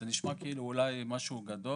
צריך פה שינוי בקהילה, באשפוז ובשיקום.